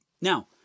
Now